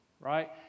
right